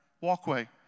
walkway